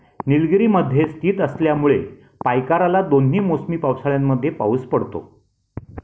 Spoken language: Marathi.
नीलगिरीमध्ये स्थित असल्यामुळे पायकाराला दोन्ही मोसमी पावसाळ्यांमध्ये पाऊस पडतो